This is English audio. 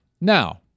Now